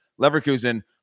Leverkusen